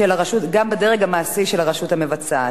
של הרשות המבצעת.